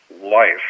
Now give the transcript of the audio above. life